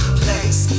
place